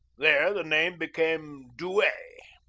there the name became duee.